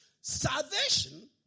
Salvation